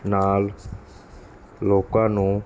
ਨਾਲ ਲੋਕਾਂ ਨੂੰ